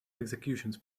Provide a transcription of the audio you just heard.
executions